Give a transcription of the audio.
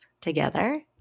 together